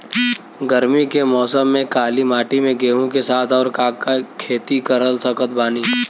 गरमी के मौसम में काली माटी में गेहूँ के साथ और का के खेती कर सकत बानी?